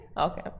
Okay